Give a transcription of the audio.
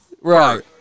Right